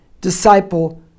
disciple